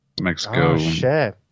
Mexico